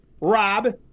Rob